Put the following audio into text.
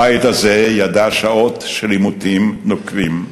הבית הזה ידע שעות של עימותים נוקבים,